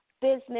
Business